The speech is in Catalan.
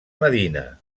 medina